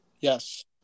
yes